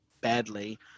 badly